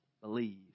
believe